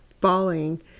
falling